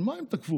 על מה הם תקפו?